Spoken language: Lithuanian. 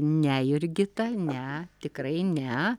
ne jurgita ne tikrai ne